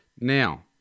Now